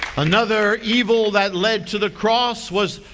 another evil that led to the cross was,